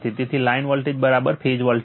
તેથી line voltage phase voltage છે